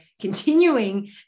continuing